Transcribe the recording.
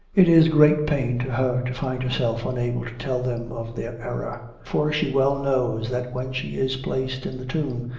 it is great pain to her to find herself unable to tell them of their error for she well knows that when she is placed in the tomb,